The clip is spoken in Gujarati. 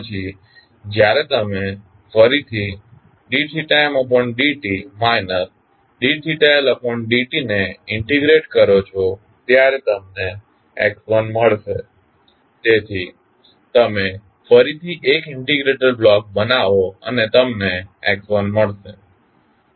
પછી જ્યારે તમે ફરીથી d md t d Ld t ને ઇન્ટિગ્રેટ કરો છો ત્યારે તમને x1 મળશે જેથી તમે ફરીથી 1 ઇન્ટિગ્રેટર બ્લોક બનાવો અને તમને x1મળશે